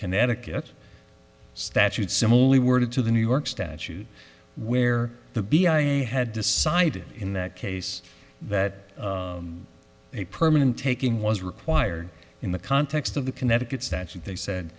connecticut statute similarly worded to the new york statute where the b i a had decided in that case that a permanent taking was required in the context of the connecticut statute they said